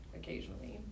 occasionally